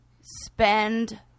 spend